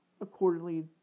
Accordingly